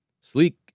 Sleek